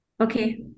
Okay